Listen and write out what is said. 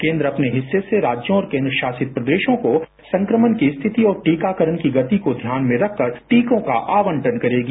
केन्द्र अपने हिस्से से राज्यों और केन्द्र शासित प्रदेशों को संक्रमण की स्थाति और टीकाकरण की गति को ध्यान में रखकर टीकों का आवंटन करेगी